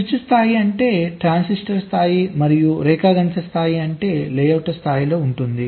switch స్థాయి అంటే transistor స్థాయి మరియు రేఖాగణిత స్థాయి అంటే లేఅవుట్ల స్థాయిలో ఉంటుంది